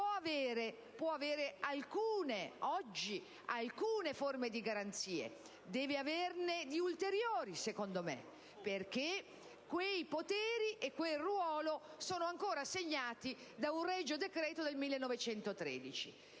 può avere oggi alcune garanzie. Deve averne di ulteriori, secondo me, perché quei poteri e quel ruolo sono ancora stabiliti da un regio decreto del 1913.